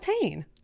pain